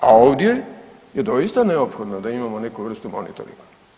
A ovdje je doista neophodno da imamo neku vrstu monitoringa.